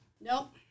Nope